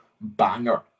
banger